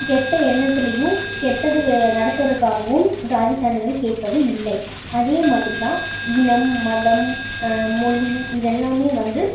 கெட்ட எண்ணத்துலேயும் கெட்டது நடத்துறதுக்காகவும் ஜாதி சான்றிதழ் கேட்பது இல்லை அதே மாதிரி தான் இனம் மதம் மொழி இதெல்லாம் வந்து